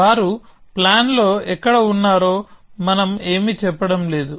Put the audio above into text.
వారు ప్లాన్ లో ఎక్కడ ఉన్నారో మనం ఏమీ చెప్పడం లేదు